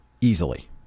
easily